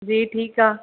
जी ठीकु आहे